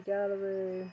Gallery